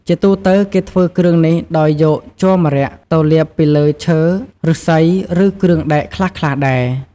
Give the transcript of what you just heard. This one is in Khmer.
ជាទូទៅ គេធ្វើគ្រឿងនេះដោយយកជ័រម្រ័ក្សណ៍ទៅលាបពីលើឈើ ឫស្សី ឬ គ្រឿងដែកខ្លះៗដែរ។